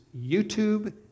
YouTube